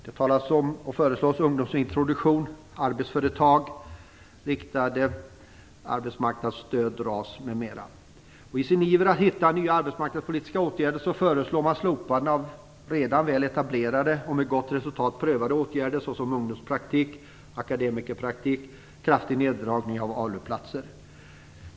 Det talas om ungdomsintroduktion, arbetsföretag, Riktat arbetsmarknadsstöd, RAS, m.m. I sin iver att hitta nya arbetsmarknadspolitiska åtgärder föreslår man slopande av redan väl etablerade och med gott resultat prövade åtgärder såsom ungdomspraktik och akademikerpraktik och en kraftig neddragning av ALU-platser.